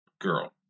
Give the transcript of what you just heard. girl